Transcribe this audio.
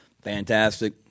Fantastic